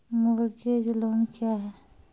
Mortgage loan क्या है?